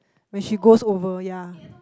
when she goes over ya